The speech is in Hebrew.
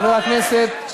תודה רבה לחבר הכנסת בהלול.